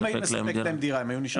אם היית מספק להם דירה הם היו נשארים בדירה?